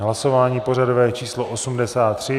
Hlasování pořadové číslo 83.